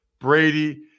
Brady